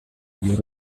you